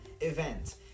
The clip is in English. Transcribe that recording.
event